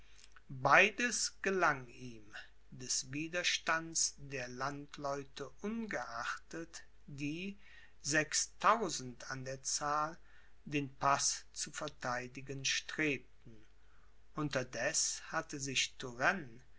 beides gelang ihm des widerstands der landleute ungeachtet die sechstausend an der zahl den paß zu vertheidigen strebten unterdeß hatte sich